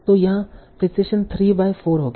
तो यहाँ precision 3 by 4 होगी